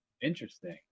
Interesting